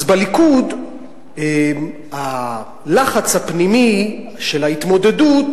אז בליכוד הלחץ הפנימי של ההתמודדות